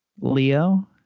Leo